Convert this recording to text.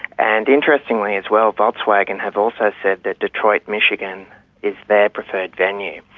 and interestingly as well volkswagen have also said that detroit michigan is their preferred venue.